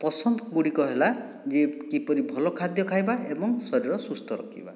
ପସନ୍ଦ ଗୁଡ଼ିକ ହେଲା ଯେ କିପରି ଭଲ ଖାଦ୍ୟ ଖାଇବା ଏବଂ ଶରୀର ସୁସ୍ଥ ରଖିବା